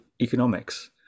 economics